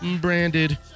branded